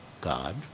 God